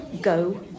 Go